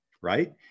right